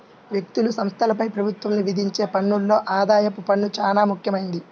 వ్యక్తులు, సంస్థలపై ప్రభుత్వం విధించే పన్నుల్లో ఆదాయపు పన్ను చానా ముఖ్యమైంది